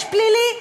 יש פלילי,